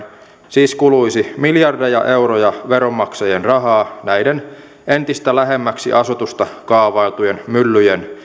siis kuluisi miljardeja euroja veronmaksajien rahaa näiden entistä lähemmäksi asutusta kaavailtujen myllyjen